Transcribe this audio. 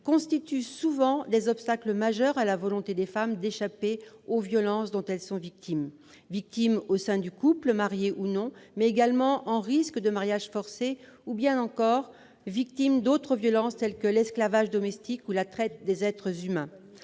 constituent souvent des obstacles majeurs à la volonté des femmes d'échapper aux violences dont elles sont victimes, au sein du couple, marié ou non, mais également en risque de mariage forcé ou bien encore victimes d'autres violences telles que l'esclavage domestique ou la traite des êtres humains.